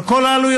על כל העלויות.